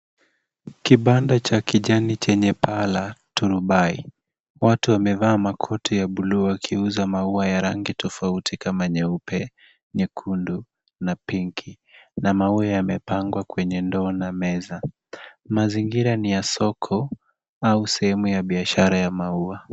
Kibanda cha kijani chenye paa la turubai. Watu wamevaa makoti ya buluu wakiuza maua ya rangi tofauti kama nyeupe, nyekundu, na pinki na maua yamepangwa kwenye ndoo na meza. Mazingira ni ya soko au sehemu ya biashara ya maua.